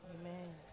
Amen